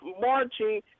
marching